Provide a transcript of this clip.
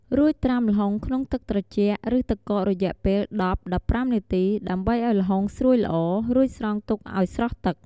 រួចត្រាំល្ហុងក្នុងទឹកត្រជាក់ ឬទឹកកករយៈពេល ១០-១៥ នាទី ដើម្បីឲ្យល្ហុងស្រួយល្អ រួចស្រង់ទុកឲ្យស្រស់ទឹក។